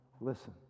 listen